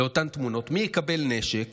מי יקבל נשק,